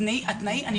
אנחנו